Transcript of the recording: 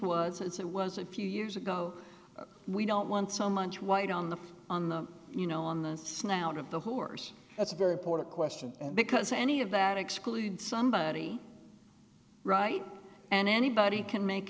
it's it was a few years ago we don't want so much white on the on the you know on the snout of the horse that's a very important question because any of that exclude somebody right and anybody can make